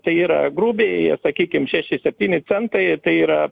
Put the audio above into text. tai yra grubiai sakykim šeši septyni centai tai yra